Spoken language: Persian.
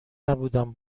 نبودم